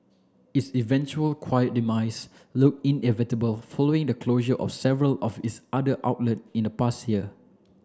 its eventual quiet demise looked inevitable following the closure of several of its other outlet in the past year